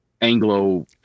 anglo